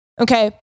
Okay